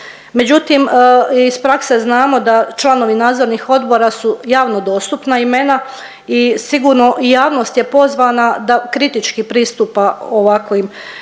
Međutim, iz prakse znamo da članovi nadzornih odbora su javno dostupna imena i sigurno i javnost je pozvana da kritički pristupa ovakvim